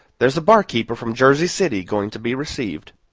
there's a barkeeper from jersey city going to be received.